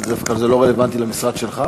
זה לא רלוונטי למשרד שלך?